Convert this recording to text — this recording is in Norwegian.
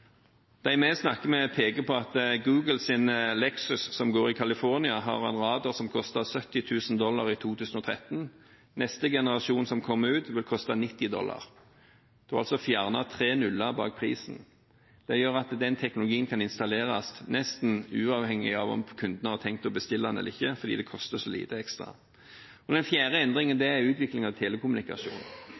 De vi snakker med, peker på at Googles Lexus som går i California, har en radar som kostet 70 000 dollar i 2013. Neste generasjon som kommer ut, vil koste 90 dollar. En har altså fjernet tre nuller bak prisen. Det gjør at den teknologien kan installeres nesten uavhengig av om kunden har tenkt å bestille den eller ikke, fordi det koster så lite ekstra. Den fjerde endringen er utvikling av telekommunikasjon.